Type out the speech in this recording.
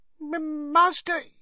Master